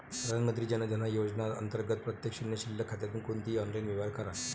प्रधानमंत्री जन धन योजना अंतर्गत प्रत्येक शून्य शिल्लक खात्यातून कोणतेही ऑनलाइन व्यवहार करा